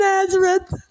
Nazareth